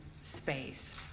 space